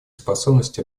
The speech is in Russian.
способность